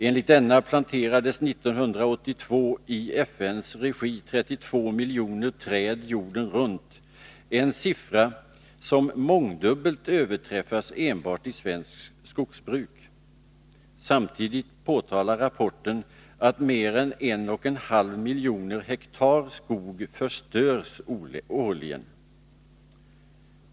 Enligt denna planterades 1982 i FN:s regi 32 miljoner träd jorden runt, en siffra som mångdubbelt överträffas enbart i svenskt skogsbruk. Samtidigt påtalar rapporten att mer än 1,5 miljoner hektar skog förstörs årligen.